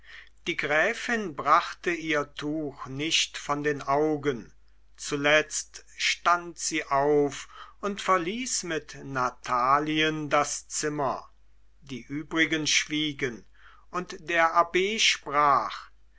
die gräfin brachte ihr tuch nicht von den augen zuletzt stand sie auf und verließ mit natalien das zimmer die übrigen schwiegen und der abb sprach